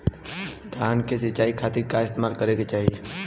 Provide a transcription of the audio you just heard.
धान के सिंचाई खाती का इस्तेमाल करे के चाही?